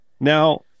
Now